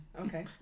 Okay